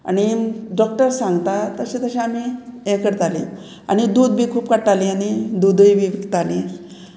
आनी डॉक्टर सांगता तशें तशें आमी हें करतालीं आनी दूद बी खूब काडटालीं आनी दूदय बी विकतालीं